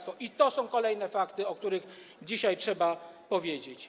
To są kolejne fakty, o których dzisiaj trzeba powiedzieć.